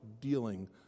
dealing